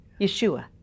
Yeshua